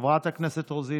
חברת הכנסת רוזין,